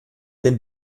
den